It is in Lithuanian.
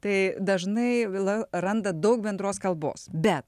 tai dažnai vila randa daug bendros kalbos bet